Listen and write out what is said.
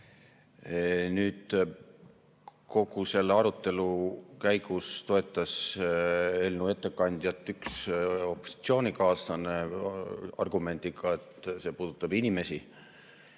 Kogu selle arutelu käigus toetas eelnõu ettekandjat üks opositsioonikaaslane argumendiga, et see puudutab inimesi.